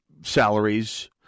salaries